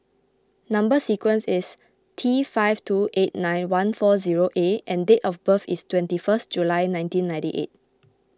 Number Sequence is T five two eight nine one four zero A and date of birth is twenty first July nineteen ninety eight